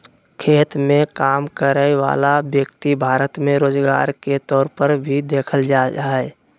खेत मे काम करय वला व्यक्ति भारत मे रोजगार के तौर पर भी देखल जा हय